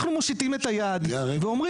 אנחנו מושיטים את היד ואומרים.